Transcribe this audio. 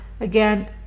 again